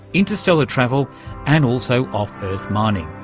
interstellar travel and also off-earth mining.